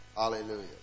Hallelujah